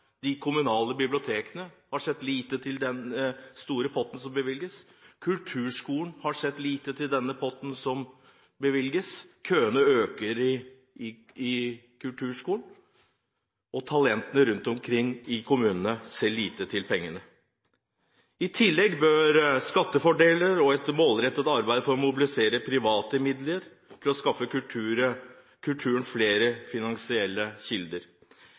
kulturskolen har sett lite til den store potten som bevilges. Køene øker i kulturskolen, og talentene rundt omkring i kommunene ser lite til pengene. I tillegg bør skattefordeler og et målrettet arbeid for å mobilisere private midler bidra til å skaffe kulturen flere